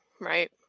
right